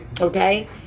Okay